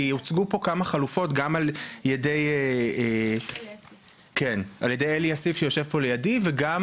כי הוצגו פה כמה חלופות גם על ידי אלי אסיף שיושב פה לידי וגם